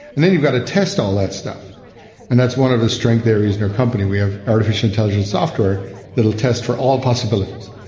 and then you've got to test all that stuff and that's one of the strength there is in our company we have artificial intelligence software that'll test for all possibilities,